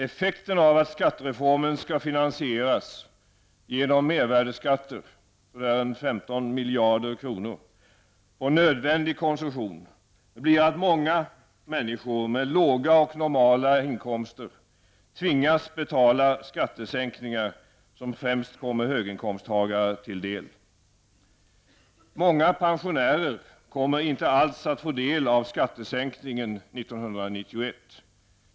Effekten av att skattereformen skall finansieras genom mervärdeskatter på nödvändig konsumtion -- ca 15 miljarder kronor -- blir att många människor med låga och normala inkomster tvingas betala skattesänkningar som främst kommer höginkomsttagare till del. Många pensionärer kommer inte alls att få del av skattesänkningen 1991.